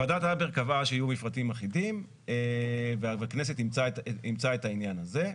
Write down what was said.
ועדת הבר קבעה שיהיו מפרטים אחידים והכנסת אימצה את העניין הזה,